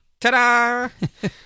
Ta-da